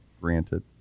granted